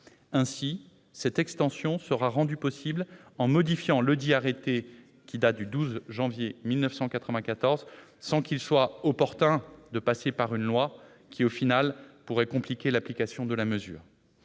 Ainsi, cette extension sera rendue possible en modifiant ledit arrêté, qui date du 12 janvier 1994, sans qu'il soit opportun de passer par une loi qui, au total, pourrait compliquer l'application de la mesure.